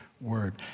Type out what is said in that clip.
word